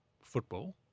football